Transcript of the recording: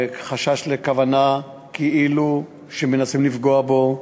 והובע חשש שיש כאילו כוונה ומנסים לפגוע בו,